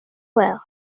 well